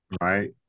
right